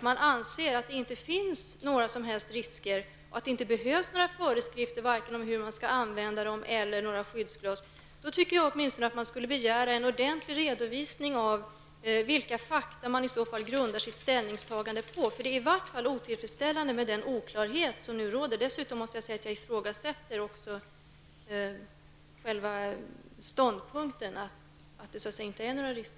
man anser att det inte finns några som helst risker och att det inte behövs några föreskrifter, vare sig om hur man skall använda lampan eller om skyddsglas behövs tycker jag att man åtmintone skall begära en ordentlig redovisning av vilka fakta man grundar sitt ställningstagande på. Det är otillfredsställande med den oklarhet som nu råder. Jag ifrågasätter dessutom själva ståndpunkten att det inte föreligger någon risk.